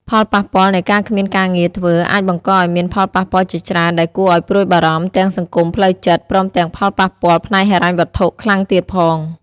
ផលប៉ះពាល់នៃការគ្មានការងារធ្វើអាចបង្កឱ្យមានផលប៉ះពាល់ជាច្រើនដែលគួរឱ្យព្រួយបារម្ភ ទាំងសង្គម ផ្លួវចិត្ត ព្រមទាំងផលប៉ះពាល់ផ្នែកហិរញ្ញវត្ថុខ្លាំងទៀតផង។